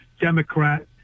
Democrat